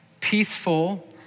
peaceful